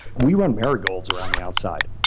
we run marigolds around the outside.